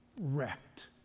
wrecked